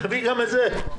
תכתבי גם את זה.